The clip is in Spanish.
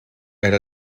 era